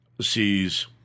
sees